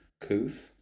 couth